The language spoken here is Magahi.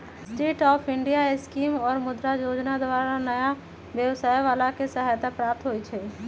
स्टैंड अप इंडिया स्कीम आऽ मुद्रा जोजना द्वारा नयाँ व्यवसाय बला के सहायता प्राप्त होइ छइ